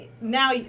now